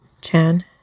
Chan